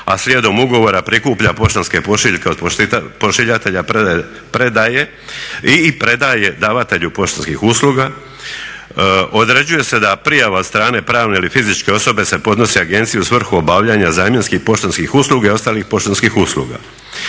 a slijedom ugovora prikuplja poštanske pošiljke od pošiljatelja predaje i predaje davatelju poštanskih usluga. Određuje se da prijava od strane pravne ili fizičke osobe se podnosi agenciji u svrhu obavljanja zamjenskih poštanskih usluga i ostalih poštanskih usluga.